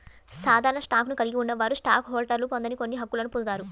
సాధారణ స్టాక్ను కలిగి ఉన్నవారు స్టాక్ హోల్డర్లు పొందని కొన్ని హక్కులను పొందుతారు